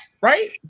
right